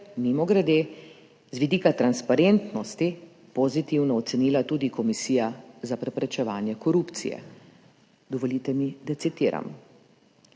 mimogrede, z vidika transparentnosti pozitivno ocenila tudi Komisija za preprečevanje korupcije. Dovolite mi, da citiram: